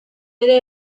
ere